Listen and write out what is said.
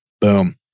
boom